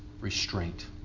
restraint